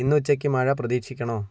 ഇന്നുച്ചയ്ക്ക് മഴ പ്രതീക്ഷിക്കണോ